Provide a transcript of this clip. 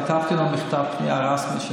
כתבתי לו מכתב פנייה רשמי,